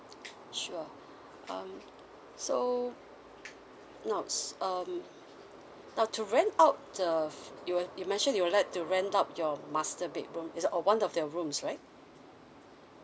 sure um so now s~ um now to rent out the you will you mentioned you would like to rent out your master bedroom is or one of the rooms right